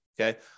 Okay